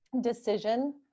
decision